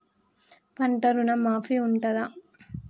పంట ఋణం మాఫీ ఉంటదా?